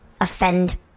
offend